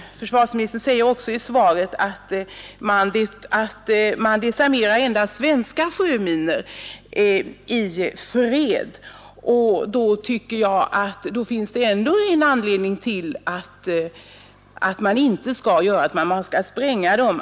Försvarsministern säger också i svaret att man i fred endast desarmerar svenska sjöminor. Då finns det, tycker jag, ännu en anledning till att man inte skall desarmera utan spränga.